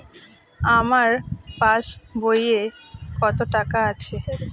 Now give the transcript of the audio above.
আমার পাস বইয়ে কত টাকা আছে?